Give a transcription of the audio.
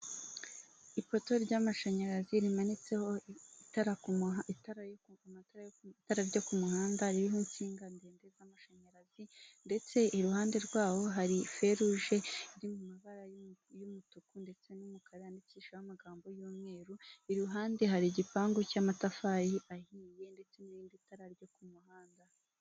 Ipoto ry'amashanyarazi rimanitseho itara kumuhanda itara yo kumva amatara ku itara byo ku muhanda ririho insinga ndende z'amashanyarazi ndetse iruhande rwaho hari feroge iri mu mabara y'umutuku ndetse n'umukara yanyandikishaho amagambo y'umweru iruhande hari igipangu cy'amatafari ahiye ndetse n'irindi tarara ryo ku muhanda.